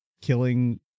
killing